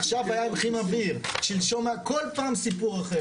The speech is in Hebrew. עכשיו בעיה עם כימאויר, שלשום, כל פעם סיפור אחר.